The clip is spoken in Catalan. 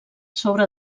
sobre